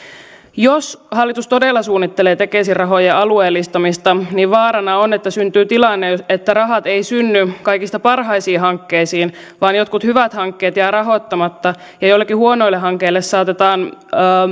jos hallitus todella suunnittelee tekesin rahojen alueellistamista niin vaarana on että syntyy tilanne että rahat eivät synny kaikista parhaisiin hankkeisiin vaan jotkut hyvät hankkeet jäävät rahoittamatta ja joillekin huonoille hankkeille saatetaan